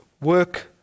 work